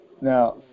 Now